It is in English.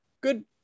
good